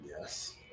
Yes